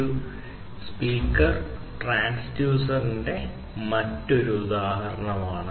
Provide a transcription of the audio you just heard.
ഒരു സ്പീക്കർ ട്രാൻസ്ഡ്യൂസറിന്റെ മറ്റൊരു ഉദാഹരണമാണ്